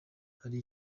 hari